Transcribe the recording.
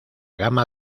gama